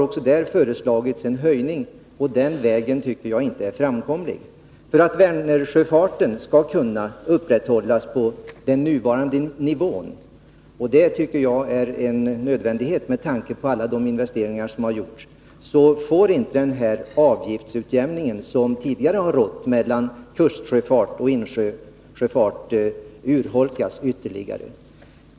Också där har föreslagits en höjning, men den vägen tycker jag inte är framkomlig. För att Vänersjöfarten skall kunna upprätthållas på nuvarande nivå — och det tycker jag är en nödvändighet med tanke på alla de investeringar som gjorts — får inte den avgiftsutjämning som tidigare tillämpats mellan kustsjöfarten och insjöfarten urholkas ytterligare.